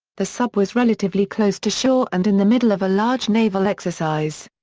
the sub was relatively close to shore and in the middle of a large naval exercise.